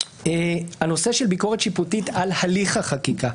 הנושא של ביקורת שיפוטית על הליך החקיקה.